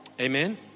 Amen